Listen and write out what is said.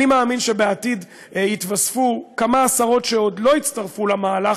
אני מאמין שבעתיד יתווספו כמה עשרות שעוד לא הצטרפו למהלך.